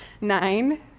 nine